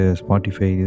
spotify